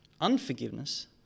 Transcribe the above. Unforgiveness